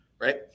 right